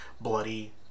bloody